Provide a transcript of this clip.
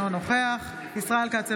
אינו נוכח ישראל כץ,